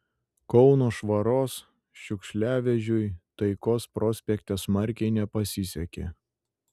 kauno švaros šiukšliavežiui taikos prospekte smarkiai nepasisekė